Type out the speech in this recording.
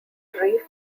reef